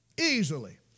Easily